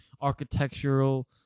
architectural